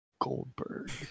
Goldberg